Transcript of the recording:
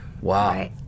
Wow